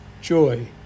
Joy